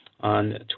on